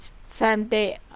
Sunday